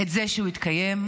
את זה שהם התקיימו,